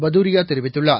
பதூரியா தெரிவித்துள்ளார்